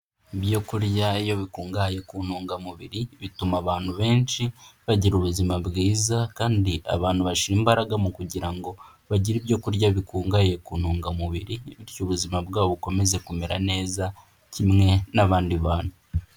Ibyo kurya iyo bikungahaye ku ntungamubiri, bituma abantu benshi bagira ubuzima bwiza kandi abantu bashyira imbaraga mu kugira ngo bagire ibyo kurya bikungahaye ku ntungamubiri bityo ubuzima bwabo bukomeze kumera neza, kimwe n'abandi bantu.